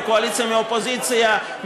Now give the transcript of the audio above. מהקואליציה ומהאופוזיציה,